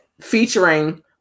featuring